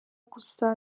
gusa